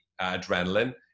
adrenaline